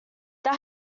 they